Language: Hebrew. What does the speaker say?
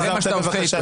אלעזר, צא בבקשה.